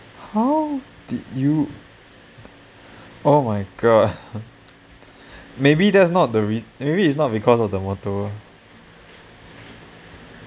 how did you oh my god maybe that's not the re~ maybe it's not because of the motor